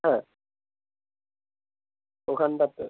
হ্যাঁ ওখানটাতে